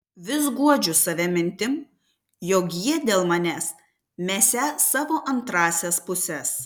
vis guodžiu save mintim jog jie dėl manęs mesią savo antrąsias puses